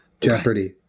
Jeopardy